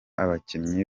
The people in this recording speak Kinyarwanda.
abakinnyi